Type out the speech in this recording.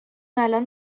الان